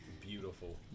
beautiful